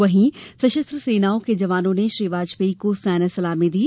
वहीं सशस्त्र सेनाओं के जवानों ने श्री वाजपेयी को सैन्य सलामी दी